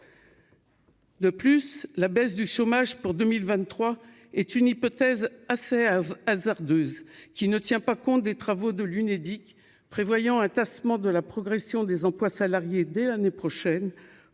De plus, la baisse du chômage pour 2023 est une hypothèse assez hasardeuse qui ne tient pas compte des travaux de l'Unédic, prévoyant un tassement de la progression des emplois salariés dès l'année prochaine